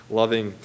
loving